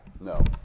No